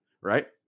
right